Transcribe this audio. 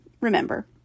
remember